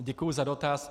Děkuji za dotaz.